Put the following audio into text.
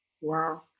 Wow